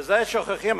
וזה שוכחים.